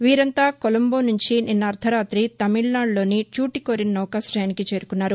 వీరంతా కొలంబో నుంచి నిన్న అర్గరాతి తమికనాడులోని ట్యుటికోరిన్ నౌకాశయానికి చేరుకున్నారు